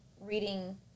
reading